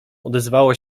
odezwało